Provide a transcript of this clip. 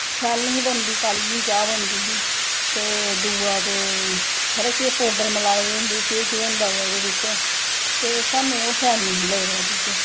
शाल नेही बनदी काली गेदी बनदी ही दुआ ते खबरै केह् पोडर मलाए दे होंदे नी केह् केह् होंदा ऐ ओह्दे च ते साह्नू ओह् सैल नेंई हा लगदा दुद्द